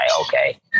okay